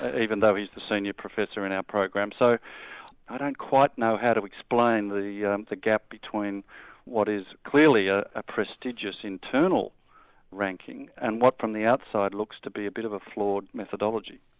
even though he's the senior professor in our program. so i don't quite know how to explain the yeah the gap between what is clearly ah a prestigious internal ranking and what from the outside looks to be a bit of a flawed methodology.